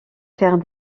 faire